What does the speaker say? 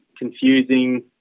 confusing